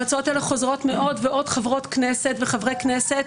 והצעות האלה חוזרות מעוד ועוד חברות כנסת וחברי כנסת,